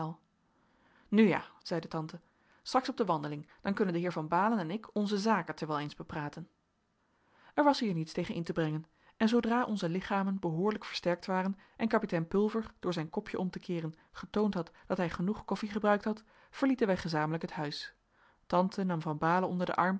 nu ja zeide tante straks op de wandeling dan kunnen de heer van baalen en ik onze zaken terwijl eens bepraten er was hier niets tegen in te brengen en zoodra onze lichamen behoorlijk versterkt waren en kapitein pulver door zijn kopje om te keeren getoond had dat hij genoeg koffie gebruikt had verlieten wij gezamenlijk het huis tante nam van baalen onder den arm